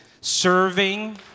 serving